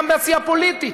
גם בעשייה פוליטית.